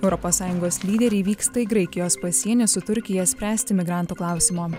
europos sąjungos lyderiai vyksta į graikijos pasienį su turkija spręsti migrantų klausimo